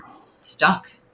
stuck